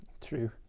True